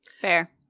fair